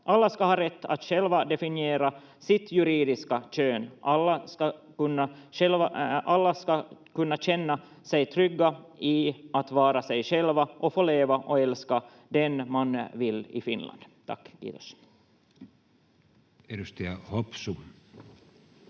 Alla ska ha rätt att själv definiera sitt juridiska kön. Alla ska kunna känna sig trygga i att vara sig själv och få leva och älska den man vill i Finland. — Tack, kiitos. Edustaja Hopsu